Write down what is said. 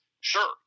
Sure